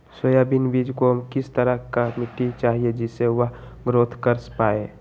Soybean बीज को किस तरह का मिट्टी चाहिए जिससे वह ग्रोथ कर पाए?